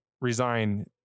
resign